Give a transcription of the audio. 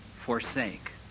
forsake